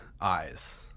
eyes